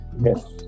Yes